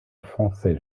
français